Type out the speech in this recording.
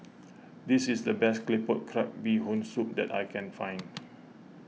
this is the best Claypot Crab Bee Hoon Soup that I can find